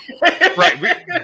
Right